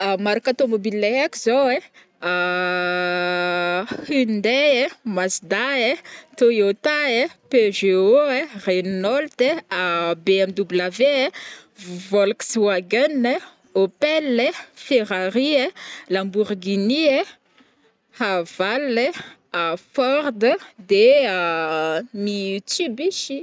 Marika tomobile haiko zao ai: Hyundai, Mazda ai, Toyota ia, Peugeot, Rénault ai, BMW ai, Volks wagen ai, Opel ai, Ferrari ai, Lambourghini ai, Haval ai, Ford de Mitsubushi.